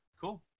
Cool